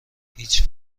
هیچ